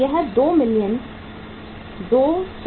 यह 2 मिलियन 205000 है